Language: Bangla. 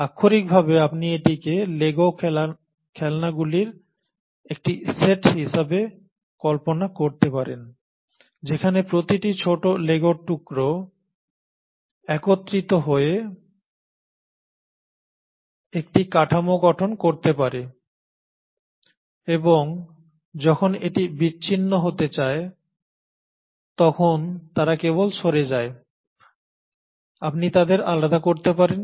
আক্ষরিকভাবে আপনি এটিকে লেগো খেলনাগুলির একটি সেট হিসাবে কল্পনা করতে পারেন যেখানে প্রতিটি ছোট লেগো টুকরা একত্রিত হয়ে একটি কাঠামো গঠন করতে পারে এবং যখন এটি বিচ্ছিন্ন হতে চায় তখন তারা কেবল সরে যায় আপনি তাদের আলাদা করতে পারেন